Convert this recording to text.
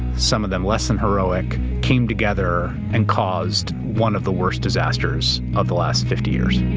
some of them less than heroic came together and caused one of the worst disasters of the last fifty years.